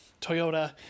Toyota